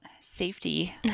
safety